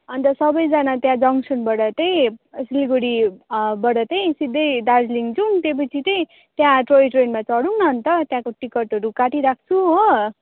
अन्त सबैजना त्यहाँ जङ्सनबाट त्यही सिलगढी बाट त्यही सिधै दार्जिलिङ जाउँ त्योपछि त्यही त्यहाँ टोय ट्रेनमा चढौँ न अन्त त्यहाँको टिकटहरू काटिराख्छु हो